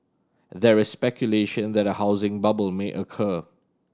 there is speculation that a housing bubble may occur